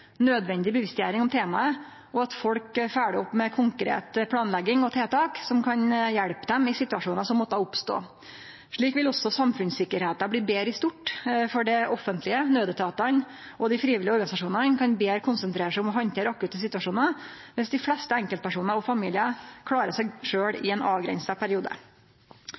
nødvendig bevisstgjering om temaet, og at folk følgjer opp med konkret planlegging og tiltak som kan hjelpe dei i situasjonar som måtte oppstå. Slik vil også samfunnssikkerheita bli betre i stort, for det offentlege, nødetatane og dei frivillige organisasjonane kan betre konsentrere seg om å handtere akutte situasjonar viss dei fleste enkeltpersonar og familiar klarar seg sjølve i ein avgrensa periode.